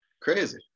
crazy